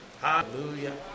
Hallelujah